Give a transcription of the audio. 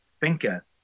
thinker